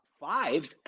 five